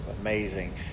amazing